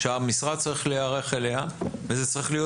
שהמשרד צריך להיערך אליה וזה צריך להיות